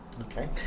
okay